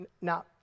now